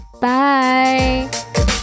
Bye